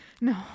No